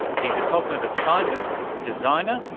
he's a cognitive scientist, designer,